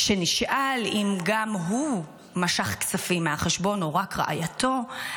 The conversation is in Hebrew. כשנשאל אם גם הוא משך כספים מהחשבון או רק רעייתו,